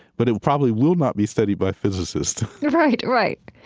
but it probably will not be studied by physicists right, right.